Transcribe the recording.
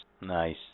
Nice